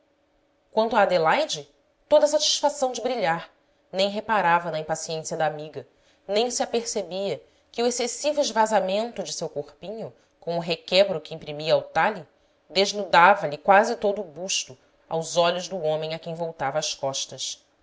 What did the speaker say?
a adelaide toda a satisfação de brilhar nem reparava na impaciência da amiga nem se apercebia que o excessivo esvazamento de seu corpinho com o requebro que imprimia ao talhe desnudava lhe quase todo o busto aos olhos do homem a quem voltava as costas